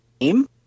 name